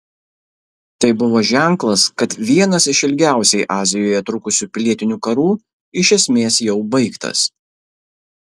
tai buvo ženklas kad vienas iš ilgiausiai azijoje trukusių pilietinių karų iš esmės jau baigtas